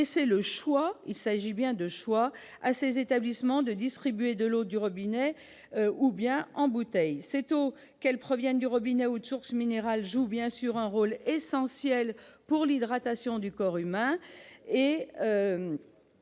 Nous devons laisser le choix à ces établissements de distribuer de l'eau du robinet ou en bouteille. L'eau, qu'elle provienne du robinet ou de sources minérales, joue bien sûr un rôle essentiel pour l'hydratation du corps humain.